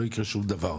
לא יקרה שום דבר.